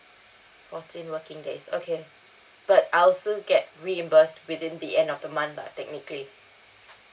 fourteen working days okay but I'll still get reimbursed within the end of the month lah technically